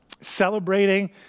celebrating